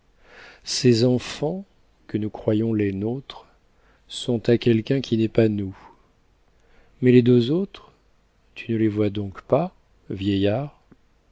ces enfants que nous croyons les nôtres sont à quelqu'un qui n'est pas nous mais les deux autres tu ne les vois donc pas vieillard